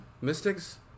Mystics